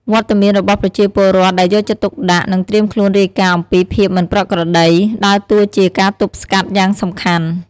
វត្តមានរបស់ប្រជាពលរដ្ឋដែលយកចិត្តទុកដាក់ និងត្រៀមខ្លួនរាយការណ៍អំពីភាពមិនប្រក្រតី ដើរតួជាការទប់ស្កាត់យ៉ាងសំខាន់។